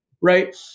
right